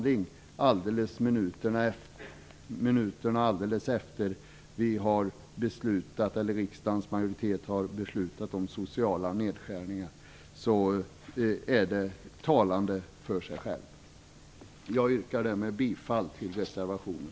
Visserligen ligger de totala beloppens storlek på en mycket lägre nivå här, men som symbolhandling talar denna höjning för sig själv. Jag yrkar därmed bifall till reservationen.